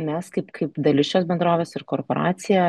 mes kaip kaip dalis šios bendrovės ir korporacija